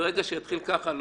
ברגע שזה יתחיל ככה,